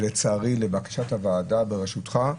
ולצערי לבקשת הוועדה בראשותך,